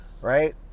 right